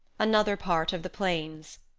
another part of the plain